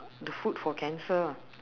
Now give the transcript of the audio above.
the food for cancer